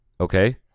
Okay